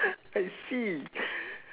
I see